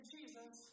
Jesus